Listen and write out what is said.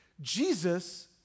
Jesus